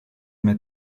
met